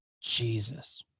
jesus